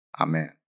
Amen